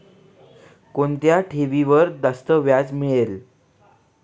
कोणत्या ठेवीवर जास्त व्याज मिळेल?